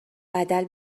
بدل